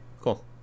Cool